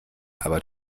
aber